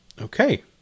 Okay